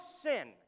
sin